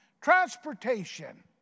Transportation